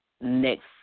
next